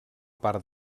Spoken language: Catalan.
part